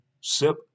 SIP